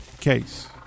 case